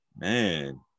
man